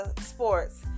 Sports